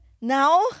now